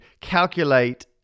calculate